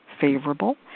favorable